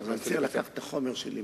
אני מציע לקחת את החומר שלי